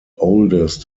oldest